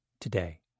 today